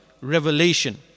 revelation